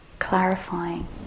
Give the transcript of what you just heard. Clarifying